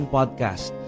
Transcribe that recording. Podcast